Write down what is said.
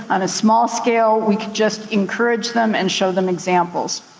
on a small scale, we could just encourage them and show them examples.